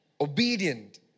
obedient